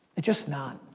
it's just not.